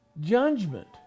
Judgment